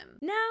Now